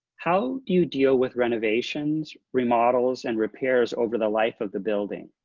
how do you deal with renovations, remodels, and repairs over the life of the building?